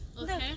okay